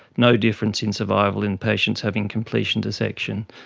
no difference in survival in patients having completion dissection.